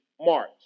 March